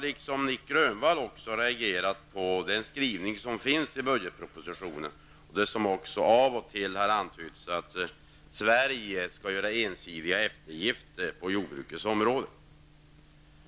Liksom Nic Grönvall reagerar också jag på skrivningen i budgetpropositionen, något som av och till har antytts. Det gäller då detta med att Sverige skall göra ensidiga eftergifter på jordbrukets område.